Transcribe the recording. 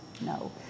No